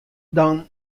dan